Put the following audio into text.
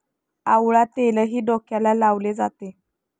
आवळा तेलही डोक्याला लावले जाते